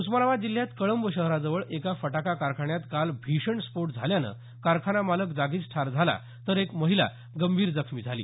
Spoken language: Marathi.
उस्मानाबाद जिल्ह्यात कळंब शहराजवळ एका फटाका कारखान्यात काल भीषण स्फोट झाल्यानं कारखाना मालक जागीच ठार झाला तर एक महिला गंभीर जखमी झाली